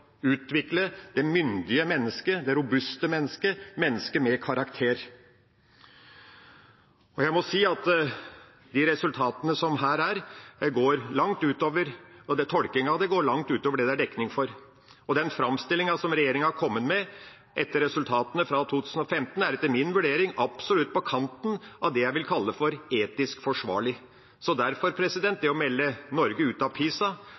utvikle det myndige mennesket, det robuste mennesket, mennesket med karakter. Jeg må si at de resultatene som her er, og tolkningen av dem, går langt utover det det er dekning for. Den framstillinga som regjeringa har kommet med etter resultatene fra 2015, er etter min vurdering absolutt på kanten av det jeg vil kalle etisk forsvarlig. Derfor: Det å melde Norge ut av PISA,